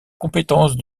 compétence